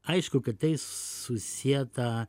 aišku kad tai susieta